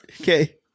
Okay